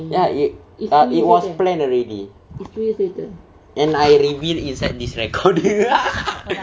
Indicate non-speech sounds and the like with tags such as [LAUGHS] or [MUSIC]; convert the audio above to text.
ya it err it was planned already and I review inside this recorder [LAUGHS]